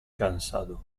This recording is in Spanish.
cansado